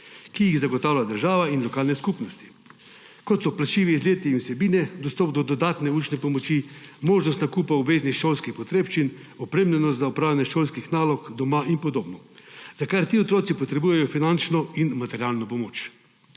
ki jih zagotavlja država in lokalne skupnosti, kot so plačljivi izleti in vsebine, dostop do dodatne učne pomoči, možnost nakupa obveznih šolskih potrebščin, opremljenost za opravljanje šolskih nalog doma in podobno, za kar ti otroci potrebujejo finančno in materialno pomoč.